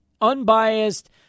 unbiased